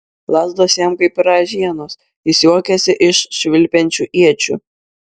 lazdos jam kaip ražienos jis juokiasi iš švilpiančių iečių